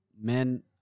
men